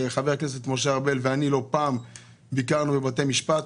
חבר הכנסת משה ארבל ואני לא פעם ביקרנו בבתי משפט.